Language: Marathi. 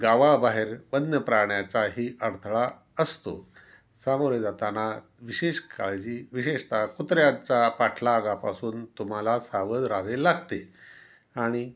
गावाबाहेर वन्य प्राण्याचा ही अडथळा असतो सामोरे जाताना विशेष काळजी विशेषत कुत्र्याच्या पाठलागापासून तुम्हाला सावध राहावे लागते आणि